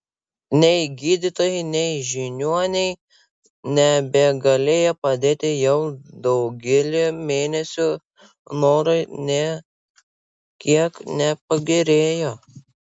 nei gydytojai nei žiniuoniai nebegalėjo padėti jau daugelį mėnesių norai nė kiek nepagerėjo